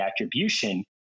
attribution